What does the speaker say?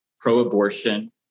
pro-abortion